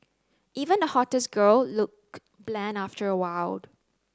even the hottest girl look bland after awhile